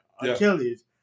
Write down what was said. Achilles